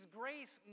grace